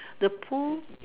the pool